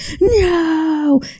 no